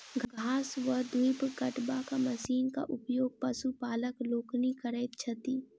घास वा दूइब कटबाक मशीनक उपयोग पशुपालक लोकनि करैत छथि